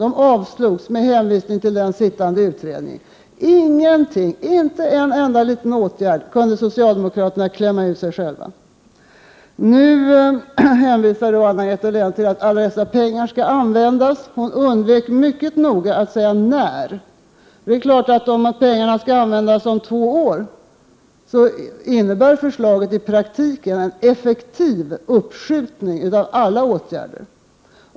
Dessa förslag avslogs med hänvisning till den sittande utredningen. Ingenting, inte en enda liten åtgärd kunde socialdemokraterna själva komma med. Nu hänvisar Anna-Greta Leijon till att alla dessa pengar skall användas, men hon undviker mycket noga att säga när. Det är klart att om pengarna skall användas om två år, innebär förslaget i praktiken en effektiv uppskjutning av alla åtgärder.